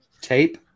Tape